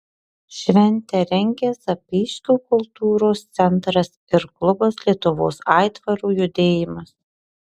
šventę rengia zapyškio kultūros centras ir klubas lietuvos aitvarų judėjimas